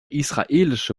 israelische